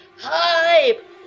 Hype